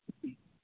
ꯎꯝ